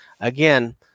again